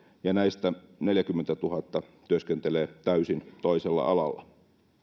ja näistä neljäkymmentätuhatta työskentelee täysin toisella alalla